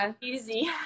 easy